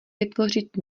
vytvořit